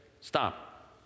stop